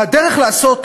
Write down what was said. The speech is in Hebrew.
והדרך לעשות,